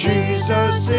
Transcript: Jesus